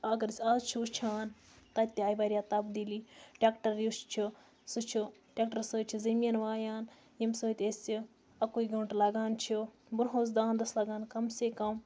اگر أسۍ آز چھِ وٕچھان تَتہِ تہِ آیہِ واریاہ تَبدیٖلی ٹٮ۪کٹَر یُس چھُ سُہ چھُ ٹٮ۪کٹَر سۭتۍ چھِ زٔمیٖن وایان ییٚمہِ سۭتۍ أسۍ یہِ اَکُے گٲنٛٹہٕ لَگان چھُ برٛونٛہہ اوس دانٛدَس لَگان کَم سے کَم